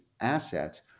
assets